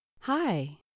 Hi